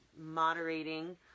moderating